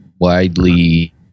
widely